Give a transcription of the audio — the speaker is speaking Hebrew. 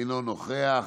אינו נוכח,